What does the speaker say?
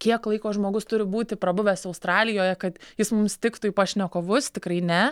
kiek laiko žmogus turi būti prabuvęs australijoje kad jis mums tiktų į pašnekovus tikrai ne